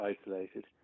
isolated